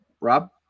Rob